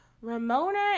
Ramona